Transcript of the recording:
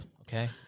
Okay